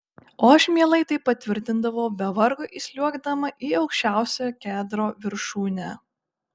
o aš mielai tai patvirtindavau be vargo įsliuogdama į aukščiausio kedro viršūnę